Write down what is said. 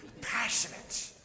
Passionate